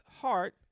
heart